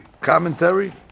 commentary